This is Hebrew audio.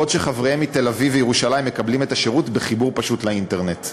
בעוד חבריהם מתל-אביב ומירושלים מקבלים את השירות בחיבור פשוט לאינטרנט.